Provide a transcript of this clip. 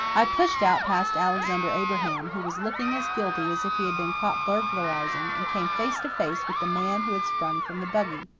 i pushed out past alexander abraham who was looking as guilty as if he had been caught burglarizing and came face to face with the man who had sprung from the buggy.